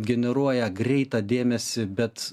generuoja greitą dėmesį bet